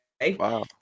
Wow